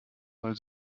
weil